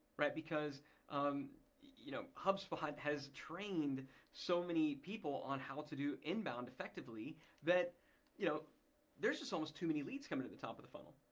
but because um you know hubspot has trained so many people on how to do inbound effectively that you know there's just almost too many leads coming to the top of the funnel.